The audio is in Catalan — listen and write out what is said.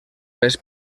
pes